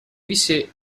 visse